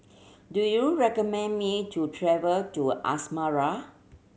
do you recommend me to travel to Asmara